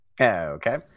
Okay